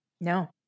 No